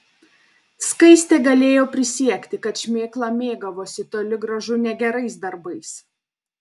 skaistė galėjo prisiekti kad šmėkla mėgavosi toli gražu ne gerais darbais